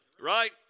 Right